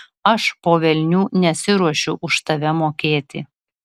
aš po velnių nesiruošiu už tave mokėti